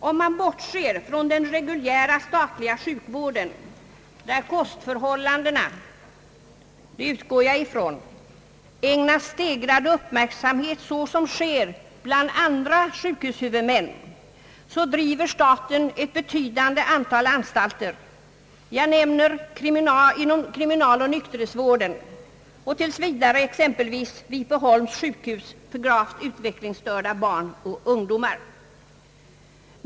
Om man bortser från den reguljära statliga sjukvården där kostförhållandena — det utgår jag ifrån — ägnas stegrad uppmärksamhet såsom sker bland andra sjukhushuvudmän, driver staten ett betydande antal anstater. Jag nämner kriminaloch nykterhetsvården och vidare exempelvis Viggbyholms sjukhus för grovt utvecklingsstörda barn och ungdomar.